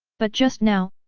but just now,